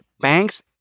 banks